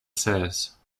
says